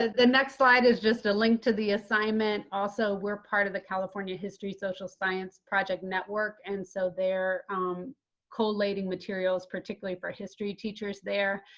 the next slide is just a link to the assignment. also, we're part of the california history social science project network, and so they're collating materials, particularly for history teachers there,